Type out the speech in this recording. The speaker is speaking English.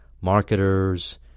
marketers